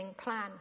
plan